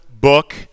book